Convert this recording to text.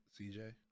CJ